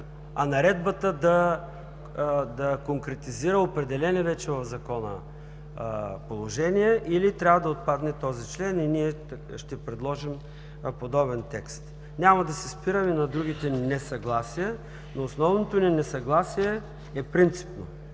а Наредбата да конкретизира определени вече в Закона положения, или трябва да отпадне този член, и ние ще предложим подобен текст. Няма да се спирам на другите несъгласия. Основното ни несъгласие е принципно.